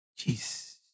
jeez